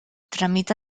tramita